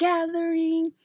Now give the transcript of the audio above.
Gathering